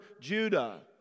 Judah